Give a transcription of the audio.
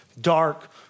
dark